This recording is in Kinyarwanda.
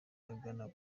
agana